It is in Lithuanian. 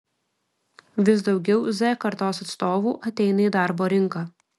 vis daugiau z kartos atstovų ateina į darbo rinką